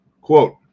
Quote